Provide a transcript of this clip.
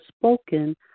spoken